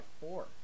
four